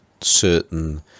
certain